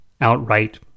outright